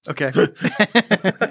Okay